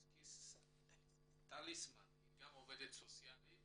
סוטניק-טליסמן, עובדת סוציאלית